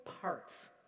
parts